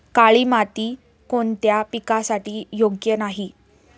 काळी माती कोणत्या पिकासाठी योग्य नाही?